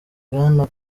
bwana